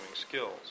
skills